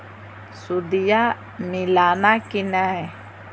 सुदिया मिलाना की नय?